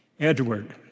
Edward